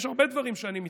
יש הרבה דברים שאני מתקנא,